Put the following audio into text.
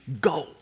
Go